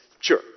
Sure